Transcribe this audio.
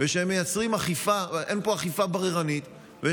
ואין פה אכיפה בררנית.